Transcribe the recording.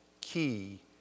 key